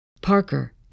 Parker